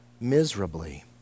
Miserably